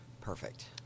Perfect